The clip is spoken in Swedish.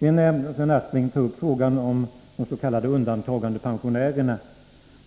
Sven Aspling tar upp frågan om de s.k. undantagandepensionärerna